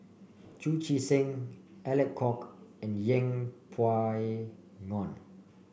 Chu Chee Seng Alec Kuok and Yeng Pway Ngon